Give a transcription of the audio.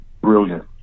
brilliant